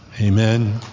Amen